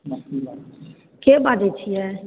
के बाजै छिए